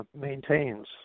maintains